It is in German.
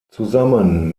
zusammen